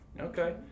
Okay